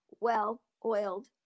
well-oiled